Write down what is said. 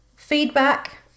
feedback